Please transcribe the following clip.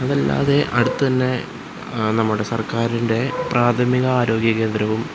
അതല്ലാതെ അടുത്തു തന്നെ നമ്മുടെ സർക്കാരിൻ്റെ പ്രാഥമിക ആരോഗ്യകേന്ദ്രവും